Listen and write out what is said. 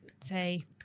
say